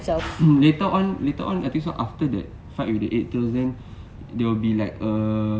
later on later on I think so after that fight with the eight tails then they will be like a